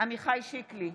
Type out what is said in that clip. עמיחי שיקלי,